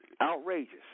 Outrageous